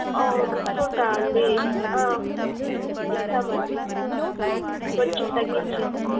ఓ డిస్కౌంటా అండి ఇస్తామండి కొంచెం తగ్గించి